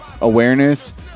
awareness